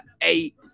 eight